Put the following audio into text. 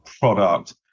product